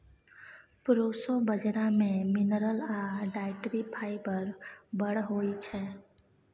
proso बजरा मे mineral आ डाइटरी फाइबर बड़ होइ छै